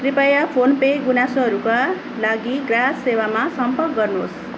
कृपया PhonePe गुनासोहरूका लागि ग्राहक सेवामा सम्पर्क गर्नुहोस्